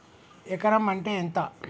ఎకరం అంటే ఎంత?